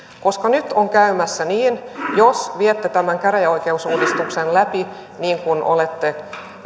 kielen nyt voi käydä niin jos viette tämän käräjäoikeusuudistuksen läpi niin kuin olette